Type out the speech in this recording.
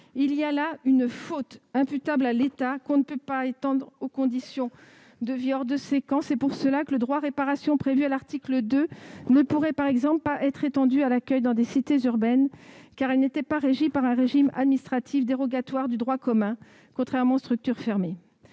Il y a là une faute imputable à l'État, que l'on ne peut pas étendre aux conditions de vie hors de ces camps. Voilà pourquoi le droit à réparation, prévu à l'article 2, ne pourrait par exemple pas être étendu à l'accueil dans des cités urbaines, lesquelles n'étaient pas soumises à un régime administratif dérogatoire du droit commun, contrairement aux structures fermées.